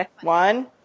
one